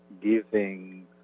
giving